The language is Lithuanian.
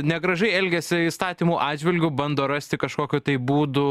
negražiai elgiasi įstatymų atžvilgiu bando rasti kažkokių būdų